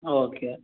okay